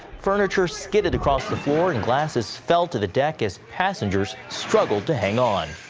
furniture skidded across the floor and glasses fell to the deck as passenger struggled to hang on.